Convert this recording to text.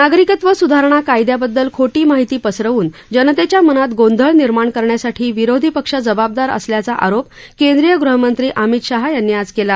नागरिकत्व स्धारणा कायद्याबद्दल खोटी माहिती पसरवून जनतेच्या मनात गोंधळ निर्माण करण्यासाठी विरोधी पक्ष जबाबदार असल्याचा आरोप केंद्रीय गृहमंत्री अमित शाह यांनी आज केला